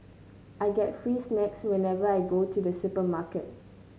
I get free snacks whenever I go to the supermarket